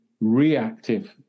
reactive